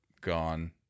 gone